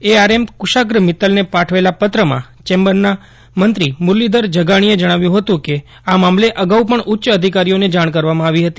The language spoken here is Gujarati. એઆરએમ કુશાગ્ર મીતલને પાઠવેલા પત્રમાં ચેમ્બરના માનદ્મિંત્રી મુરલીધર જગાણીએ જણાવ્યું ફતું કે આ બાબતે અગાઉ પણ ઉચ્ય અધિકારીઓને જાણ કરવામાં આવી ફતી